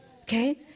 Okay